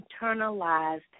internalized